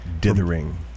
Dithering